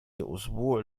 أسبوع